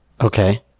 Okay